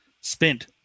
spent